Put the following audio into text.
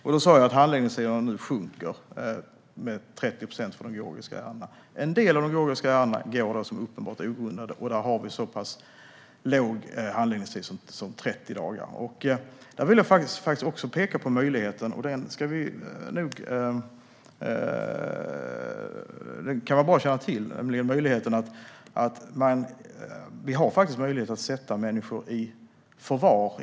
Jag sa att handläggningstiderna för de georgiska ärendena har minskat med 30 procent. En del av de georgiska ärendena räknas som uppenbart ogrundade, och där har vi så pass kort handläggningstid som 30 dagar. Jag vill också peka på en möjlighet som kan vara bra att känna till. Vi har faktiskt möjligheten att sätta människor i förvar.